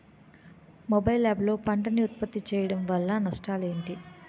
Mobile app లో పంట నే ఉప్పత్తి చేయడం వల్ల నష్టాలు ఏంటి?